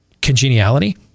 congeniality